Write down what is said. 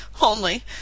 Only